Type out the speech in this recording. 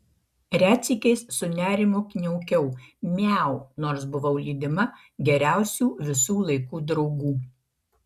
retsykiais su nerimu kniaukiau miau nors buvau lydima geriausių visų laikų draugų